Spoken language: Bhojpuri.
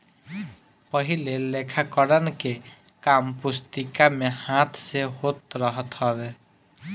पहिले लेखाकरण के काम पुस्तिका में हाथ से होत रहल हवे